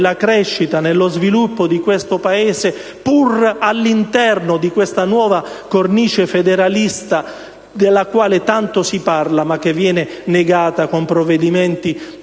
nella crescita, nello sviluppo di questo Paese pur all'interno di questa nuova cornice federalista della quale tanto si parla, ma che viene negata con provvedimenti